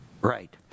Right